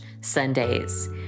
Sundays